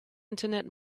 internet